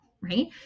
right